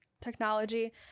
technology